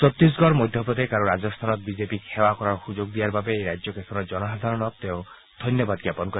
ছত্তিশগড় মধ্যপ্ৰদেশ আৰু ৰাজস্থানত বিজেপিক সেৱা কৰাৰ সুযোগ দিয়াৰ বাবে এই কেইখন ৰাজ্যৰ জনসাধাৰণক তেওঁ ধন্যবাদ জ্ঞাপন কৰে